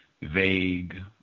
vague